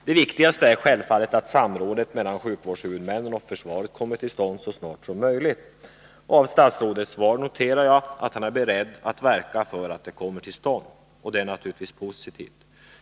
Det viktigaste är självfallet att samrådet mellan sjukvårdshuvumännen och försvaret kommer till stånd så snart som möjligt. I statsrådets svar noterar jag att han är beredd att verka för att samrådet kommer till stånd, och det är naturligtvis positivt.